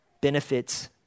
benefits